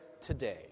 today